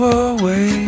away